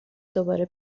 دوباره